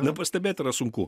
nepastebėt yra sunku